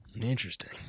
Interesting